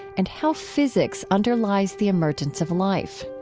and how physics underlies the emergence of life.